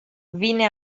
vine